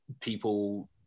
people